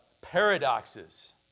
paradoxes